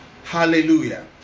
hallelujah